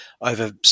over